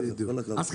אז,